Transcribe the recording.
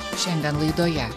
šiandien laidoje